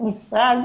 המשרד